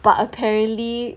but apparently